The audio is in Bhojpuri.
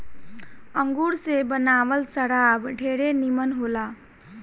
अंगूर से बनावल शराब ढेरे निमन होला